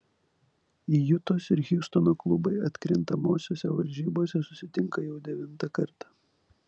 jutos ir hjustono klubai atkrintamosiose varžybose susitinka jau devintą kartą